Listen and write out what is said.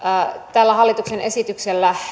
tällä hallituksen esityksellä